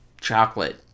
chocolate